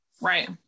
Right